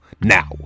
Now